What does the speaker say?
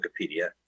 Wikipedia